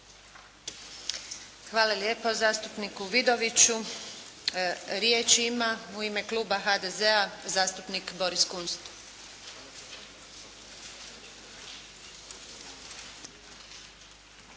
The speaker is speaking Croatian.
Hvala lijepo zastupniku Vidoviću. Riječ ima u ime kluba HDZ-a zastupnik Boris Kunst.